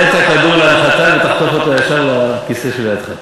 העלית כדור להנחתה ותחטוף אותו ישר לכיסא שלידך.